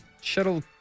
Shuttle